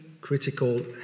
critical